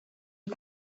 est